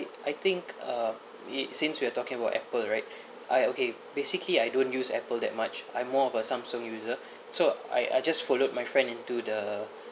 I think uh it since we are talking about Apple right I okay basically I don't use Apple that much I'm more of a Samsung user so I I just followed my friend into the